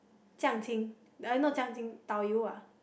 jiang-qing uh not jiang-qing tau-yu ah